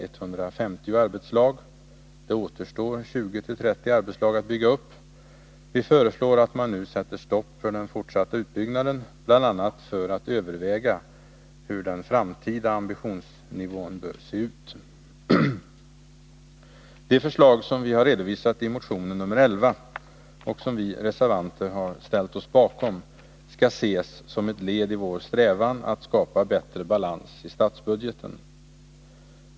150 arbetslag. Det återstår 20-30 arbetslag att bygga upp. Vi föreslår att man nu sätter stopp för den fortsatta utbyggnaden, bl.a. för att överväga hur den framtida ambitionsnivån bör se ut. Det förslag som vi har redovisat i motion nr 11, och som vi reservanter har ställt oss bakom, skall ses som ett led i vår strävan att skapa bättre balans i statsbudgeten.